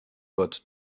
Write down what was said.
got